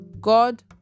God